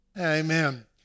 Amen